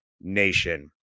Nation